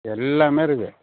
எல்லாமே இருக்குது